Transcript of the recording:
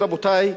רבותי,